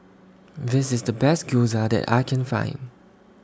This IS The Best Gyoza that I Can Find